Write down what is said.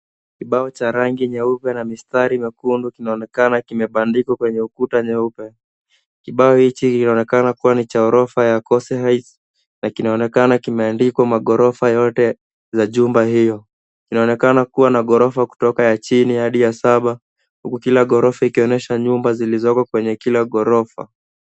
Kibao cha rangi nyeupe na mistari mekundu kinaonekana kimebandikwa kwenye ukuta mweupe. Kibao hichi kinaonekana kuwa ni cha ghorofa ya Kose Heights na kinaonekana kimeandikwa maghorofa yote za jumba hiyo. Inaonekana kuwa na ghorofa kutoka ya chini hadi ya saba huku kila ghorofa ikionyesha nyumba zilizoko kwenye kila ghorofa.